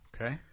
Okay